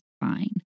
fine